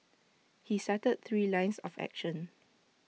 he cited three lines of action